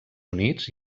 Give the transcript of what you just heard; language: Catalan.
units